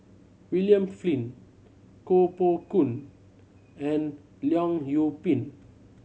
William Flint Koh Poh Koon and Leong Yoon Pin